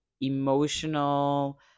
emotional